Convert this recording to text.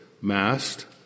masked